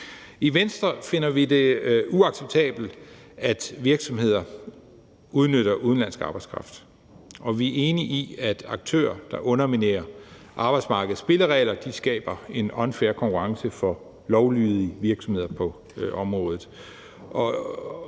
I Venstre finder vi det uacceptabelt, at virksomheder udnytter udenlandsk arbejdskraft, og vi er enige i, at aktører, der underminerer arbejdsmarkedets spilleregler, skaber en unfair konkurrence for lovlydige virksomheder på området.